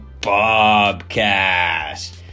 Bobcast